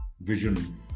vision